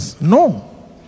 No